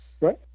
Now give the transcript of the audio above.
Right